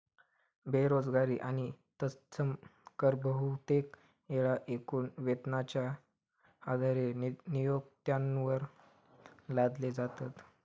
बेरोजगारी आणि तत्सम कर बहुतेक येळा एकूण वेतनाच्यो आधारे नियोक्त्यांवर लादले जातत